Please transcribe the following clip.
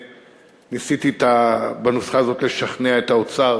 ניסיתי, בנוסחה הזאת, לשכנע את האוצר